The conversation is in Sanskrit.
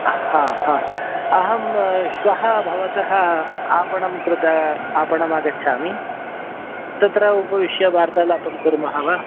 ह ह अहं श्वः भवतः आपणङ्कृत आपणम् आगच्छामि तत्र उपविश्य वार्तालापं कुर्मः वा